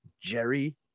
Jerry